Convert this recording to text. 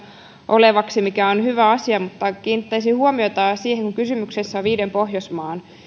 olevaksi mikä on hyvä asia mutta kiinnittäisin huomiota siihen kun kysymyksessä on viiden pohjoismaan